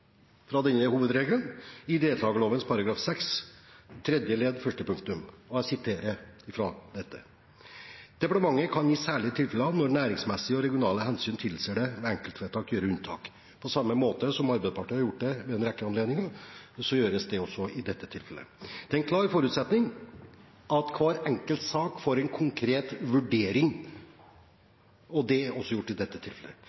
fra denne hovedregelen i deltakerloven § 6 tredje ledd første punktum. Jeg siterer derfra: «Departementet kan i særlig tilfelle, når næringsmessige og regionale hensyn tilsier det, ved enkeltvedtak gjøre unntak På samme måte som Arbeiderpartiet har gjort det ved en rekke anledninger, gjøres det også i dette tilfellet. Det er en klar forutsetning at hver enkelt sak får en konkret vurdering. Det er også gjort i dette tilfellet.